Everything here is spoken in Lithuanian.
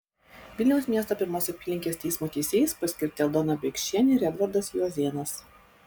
vilniaus miesto pirmos apylinkės teismo teisėjais paskirti aldona biekšienė ir edvardas juozėnas